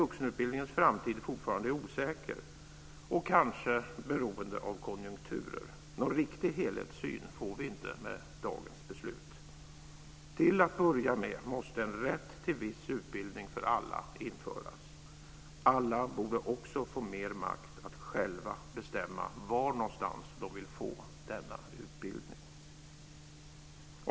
Vuxenutbildningens framtid är fortfarande osäker och kanske beroende av konjunkturer. Någon riktig helhetssyn får vi inte med dagens beslut. Till att börja med måste en rätt till viss utbildning för alla införas. Alla borde också få mer makt att själva bestämma var någonstans de vill få denna utbildning.